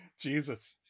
Jesus